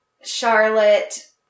Charlotte